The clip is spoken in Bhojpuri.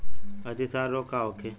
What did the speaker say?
अतिसार रोग का होखे?